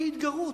כהתגרות.